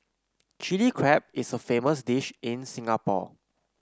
Chilli Crab is a famous dish in Singapore